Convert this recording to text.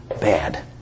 bad